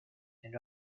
and